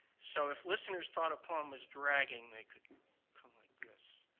so if listeners thought a poem was dragging, they could come like this